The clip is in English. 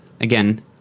again